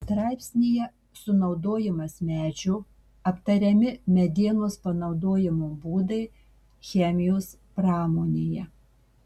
straipsnyje sunaudojimas medžio aptariami medienos panaudojimo būdai chemijos pramonėje